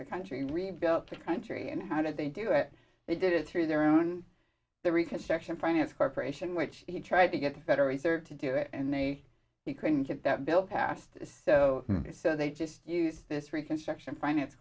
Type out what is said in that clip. the country and rebuilt the country and how did they do it they did it through their own the reconstruction finance corporation which he tried to get the federal reserve to do it and they couldn't get that bill passed so they just used this reconstruction finance